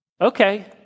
Okay